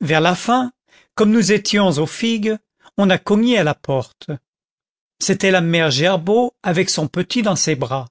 vers la fin comme nous étions aux figues on a cogné à la porte c'était la mère gerbaud avec son petit dans ses bras